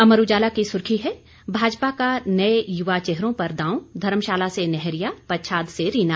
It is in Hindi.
अमर उजाला की सुर्खी है भाजपा का नए युवा चेहरों पर दांव धर्मशाला से नैहरिया पच्छाद से रीना